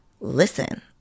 listen